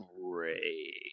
great